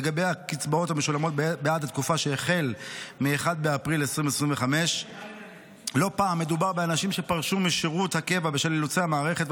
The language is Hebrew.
לגבי הקצבאות המשולמות בעד התקופה שהחל מ-1 באפריל 2025. לא פעם מדובר באנשים שפרשו משירות הקבע בשל אילוצי המערכת,